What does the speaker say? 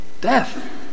death